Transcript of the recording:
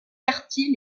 quartiers